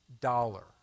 dollar